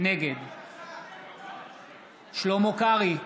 נגד שלמה קרעי,